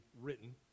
written